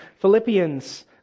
Philippians